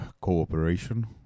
cooperation